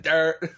Dirt